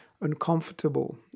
uncomfortable